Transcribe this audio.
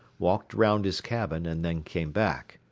walked round his cabin, and then came back.